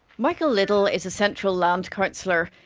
michael liddle is a central land councillor.